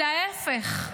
להפך,